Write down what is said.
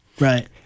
Right